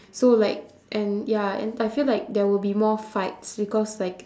so like and ya and I feel like there will be more fights because like